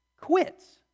quits